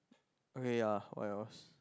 okay ya what else